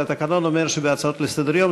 אבל התקנון אומר שבהצעות לסדר-היום,